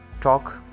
talk